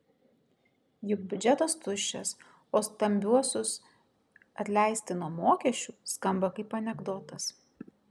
juk biudžetas tuščias o stambiuosius atleisti nuo mokesčių skamba kaip anekdotas